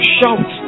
shout